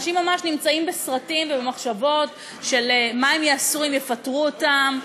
אנשים ממש נמצאים בסרטים ובמחשבות על מה הם יעשו אם יפטרו אותם,